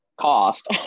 cost